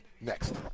next